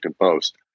Post